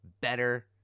better